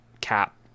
cap